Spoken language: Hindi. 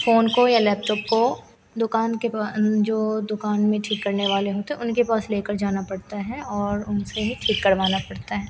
फ़ोन को या लैपटॉप को दुक़ान के पा जो दुक़ान में ठीक करने वाले होते हैं उनके पास लेकर जाना पड़ता है और उनसे ठीक करवाना पड़ता है